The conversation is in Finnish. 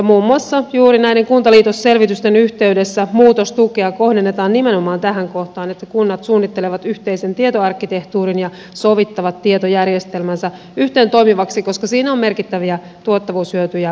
muun muassa juuri näiden kuntaliitosselvitysten yhteydessä muutostukea kohdennetaan nimenomaan tähän kohtaan että kunnat suunnittelevat yhteisen tietoarkkitehtuurin ja sovittavat tietojärjestelmänsä yhteentoimivaksi koska siinä on merkittäviä tuottavuushyötyjä saavutettavissa